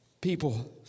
people